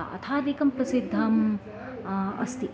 गाथादिकं प्रसिद्धम् अस्ति